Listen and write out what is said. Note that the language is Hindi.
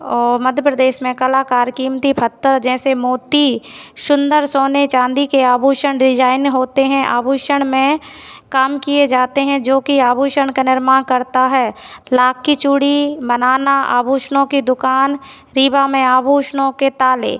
और मध्य प्रदेश में कलाकार कीमती पत्थर जैसे मोती सुंदर सोने चांदी के आभूषण डिजाइन होते हैं आभूषण में काम किए जाते हैं जो कि आभूषण का निर्माण करता है लाख की चूड़ी बनाना आभूषणों की दुकान रीवा में आभूषणों के ताले